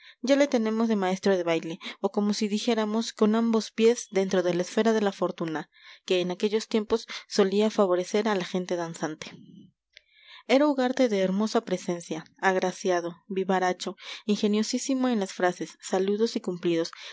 ya le tenemos de maestro de baile o como si dijéramos con ambos pies dentro de la esfera de la fortuna que en aquellos tiempos solía favorecer a la gente danzante era ugarte de hermosa presencia agraciado vivaracho ingeniosísimo en las frases saludos y cumplidos